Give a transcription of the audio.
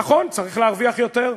נכון, צריך להרוויח יותר.